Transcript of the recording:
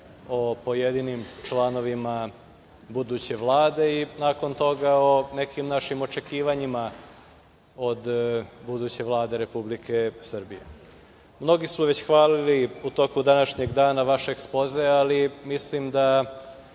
o pojedinim članovima buduće Vlade i nakon toga o nekim našim očekivanjima od buduće Vlade Republike Srbije. Mnogi su već hvalili u toku današnjeg dana vaš ekspoze, ali mislim da